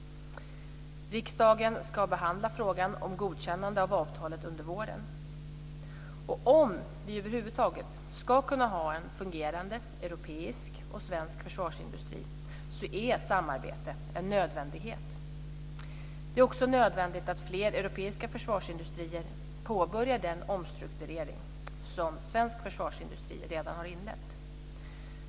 Riksdagen ska behandla frågan om godkännande av avtalet under våren. Och om vi över huvud taget ska kunna ha en fungerande europeisk och svensk försvarsindustri så är samarbete en nödvändighet. Det är också nödvändigt att fler europeiska försvarsindustrier påbörjar den omstrukturering som svensk försvarsindustri redan har inlett.